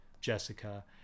Jessica